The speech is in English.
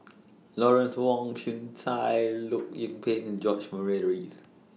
Lawrence Wong Shyun Tsai Loh Lik Peng and George Murray Reith